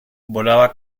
volaba